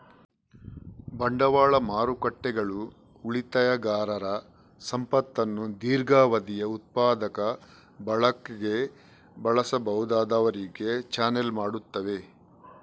ಬಂಡವಾಳ ಮಾರುಕಟ್ಟೆಗಳು ಉಳಿತಾಯಗಾರರ ಸಂಪತ್ತನ್ನು ದೀರ್ಘಾವಧಿಯ ಉತ್ಪಾದಕ ಬಳಕೆಗೆ ಬಳಸಬಹುದಾದವರಿಗೆ ಚಾನಲ್ ಮಾಡುತ್ತವೆ